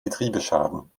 getriebeschaden